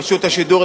ורשות השידור,